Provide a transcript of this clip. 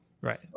Right